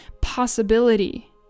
possibility